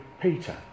Peter